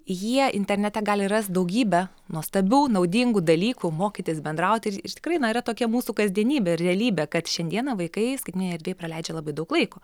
jie internete gali rast daugybę nuostabių naudingų dalykų mokytis bendrauti ir tikrai na yra tokia mūsų kasdienybė ir realybė kad šiandieną vaikai skaitmeninėj erdvėj praleidžia labai daug laiko